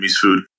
food